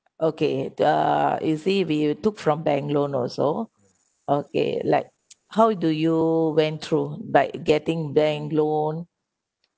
okay the you see we took from bank loan also okay like how do you went through by getting bank loan